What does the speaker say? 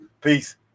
Peace